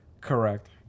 correct